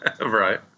Right